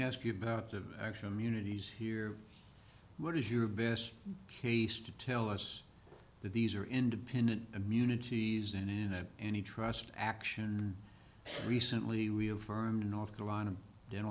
ask you about the actual immunity is here what is your best case to tell us that these are independent immunities and in that any trust action recently we have firm in north carolina dental